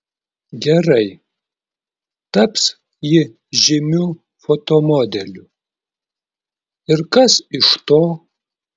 gerai taps ji žymiu fotomodeliu ir kas iš to